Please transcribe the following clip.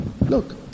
look